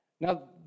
Now